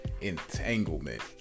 Entanglement